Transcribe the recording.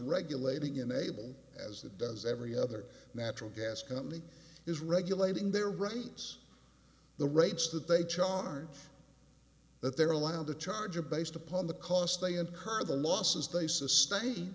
regulating enable as it does every other natural gas company is regulating their rents the rates that they charge that they're allowed to charge a based upon the costs they incur the losses they sustain